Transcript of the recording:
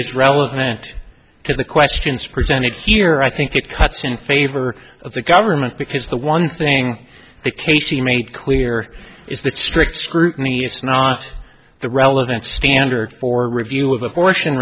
is relevant to the questions presented here i think it cuts in favor of the government because the one thing the case she made clear is that strict scrutiny is not the relevant standard for review of abort